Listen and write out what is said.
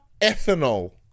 ethanol